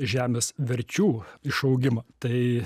žemės verčių išaugimą tai